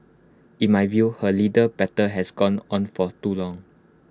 in my view her legal battle has gone on for too long